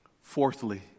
fourthly